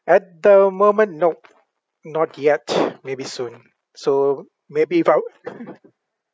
at the moment nope not yet maybe soon so maybe if I were